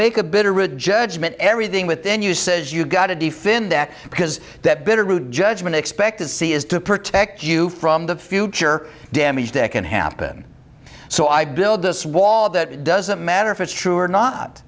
make a bitter rib judgment everything within you says you've got to defend that because that bitter root judgment expectancy is to protect you from the future damage that can happen so i build this wall that it doesn't matter if it's true or not